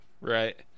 Right